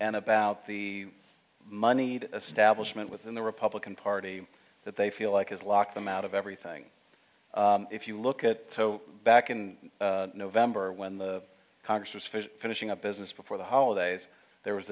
and about the money establishment within the republican party that they feel like is lock them out of everything if you look at so back in november when the congress was fish finishing up business before the holidays there was